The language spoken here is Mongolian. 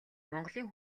монголын